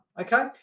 okay